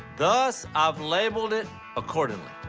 thus i've labeled it accordingly.